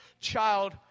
child